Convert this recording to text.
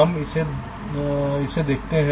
हम इसे देखते हैं